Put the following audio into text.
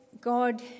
God